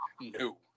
no